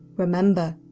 remember,